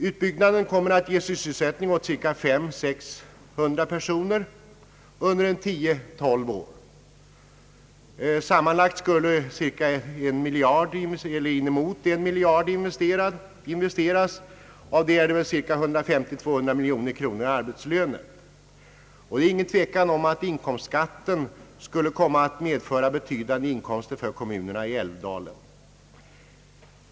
Utbyggnaden kommer att ge sysselsättning åt 500 å 600 personer under tio—tolv år. Sammanlagt skulle inemot en miljard kronor investeras, därav cirka 150 —200 miljoner kronor i arbetslöner. Det är ingen tvekan om att inkomstskatten skulle komma att ge betydande inkomster åt kommunerna i älvdalen.